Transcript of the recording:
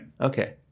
Okay